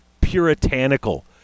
puritanical